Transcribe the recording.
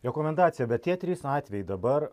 rekomendacija bet tie trys atvejai dabar